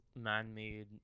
man-made